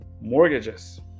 mortgages